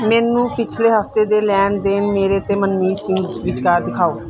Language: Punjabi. ਮੈਨੂੰ ਪਿਛਲੇ ਹਫ਼ਤੇ ਦੇ ਲੈਣ ਦੇਣ ਮੇਰੇ ਅਤੇ ਮਨਮੀਤ ਸਿੰਘ ਵਿਚਕਾਰ ਦਿਖਾਉ